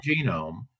genome